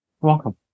welcome